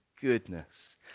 goodness